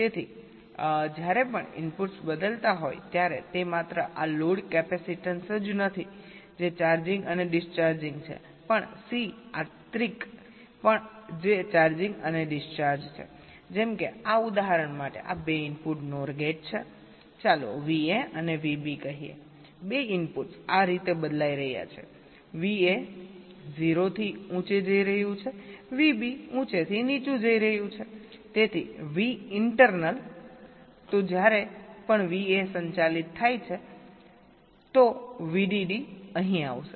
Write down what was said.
તેથી જ્યારે પણ ઇનપુટ્સ બદલાતા હોય ત્યારે તે માત્ર આ લોડ કેપેસિટેન્સ જ નથી જે ચાર્જિંગ અને ડિસ્ચાર્જિંગ છે પણ C આંતરિક પણ જે ચાર્જિંગ અને ડિસ્ચાર્જ છેજેમ કે આ ઉદાહરણ માટે આ 2 ઇનપુટ NOR ગેટ છે ચાલો VA અને VB કહીએ 2 ઇનપુટ્સ આ રીતે બદલાઈ રહ્યા છે VA 0 થી ઉંચે જઈ રહ્યું છે VB ઉંચેથી નીચું જઈ રહ્યું છેતેથી Vinternal તો જ્યારે પણ VA સંચાલિત થાય છે તેથી VDD અહીં આવશે